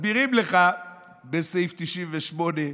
ומסבירים לך בסעיף 98,